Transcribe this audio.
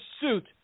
suit